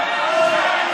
בושה.